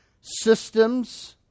systems